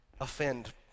offend